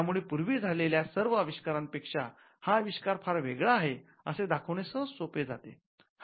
त्यामुळे पूर्वी झालेल्या सर्व आविष्कारांपेक्षा हा अविष्कार फार वेगळा आहे असे दाखवणे सहज सोपे जाते